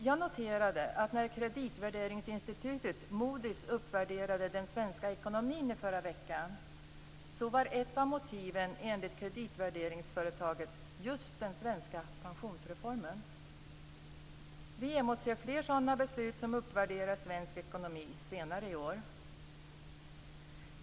Jag noterade att när kreditvärderingsinstitutet Moody s uppvärderade den svenska ekonomin i förra veckan var ett av motiven enligt kreditvärderingsföretaget just den svenska pensionsreformen. Vi emotser fler sådana beslut som uppvärderar svensk ekonomi senare i år.